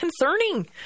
concerning